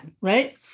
right